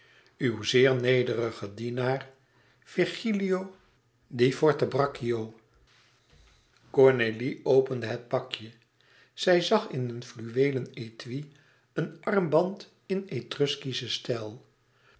uw zeer nederige dienaar cornélie opende het pakje zij zag in een fluweelen étui een armband in etruskischen stijl